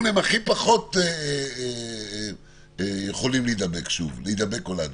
הם הכי פחות יכולים להידבק או להדביק.